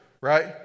right